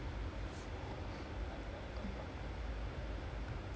orh நான் இப்போ:naan ippo Manchester United match பாக்குறேன்:paakkuraen just to see the annual